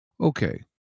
Okay